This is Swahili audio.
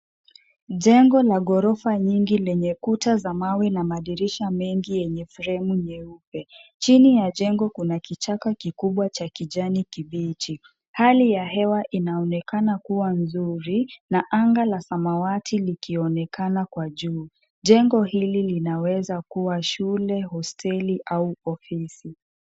Jengo la ghorofa nyingi lenye kuta za mawe na madirisha mengi yenye fremu nyeupe. Chini ya jengo kuna kichaka kikubwa cha kijani kibichi. Hali ya hewa inaonekana kuwa nzuri, na anga la samawati likionekana kwa juu. Jengo hili linawezakuwa shule, hosteli au ofisi.